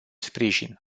sprijin